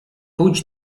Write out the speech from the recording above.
pójdź